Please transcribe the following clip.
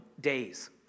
days